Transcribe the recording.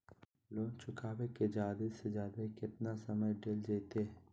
Loan चुकाबे के जादे से जादे केतना समय डेल जयते?